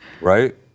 Right